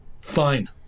Fine